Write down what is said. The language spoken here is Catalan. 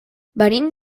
venim